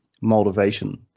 motivation